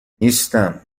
نیستم